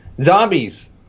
Zombies